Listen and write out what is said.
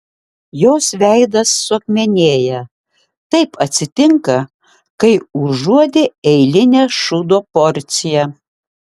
jos veidas suakmenėja taip atsitinka kai užuodi eilinę šūdo porciją